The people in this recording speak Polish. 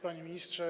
Panie Ministrze!